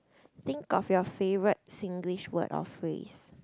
think of your favourite Singlish word or phrase